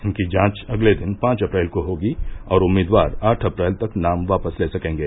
इनकी जांच अगले दिन पांच अप्रैल को होगी और उम्मीदवार आठ अप्रैल तक नाम वापस ले सकेंगे